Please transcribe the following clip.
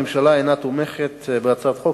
הממשלה אינה תומכת בהצעת החוק,